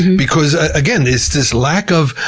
because again, it's this lack of,